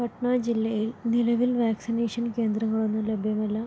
പട്ന ജില്ലയിൽ നിലവിൽ വാക്സിനേഷൻ കേന്ദ്രങ്ങളൊന്നും ലഭ്യമല്ല